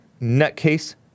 nutcase